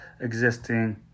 existing